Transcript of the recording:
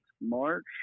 March